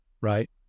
right